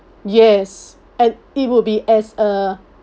yes and it will be as a